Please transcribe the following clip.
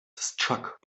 struck